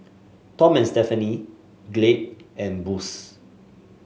Tom and Stephanie Glade and Boost